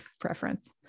preference